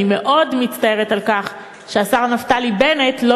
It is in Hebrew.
אני מאוד מצטערת על כך שהשר נפתלי בנט לא